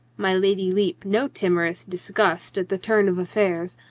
my lady lepe no timorous disgust at the turn of affairs,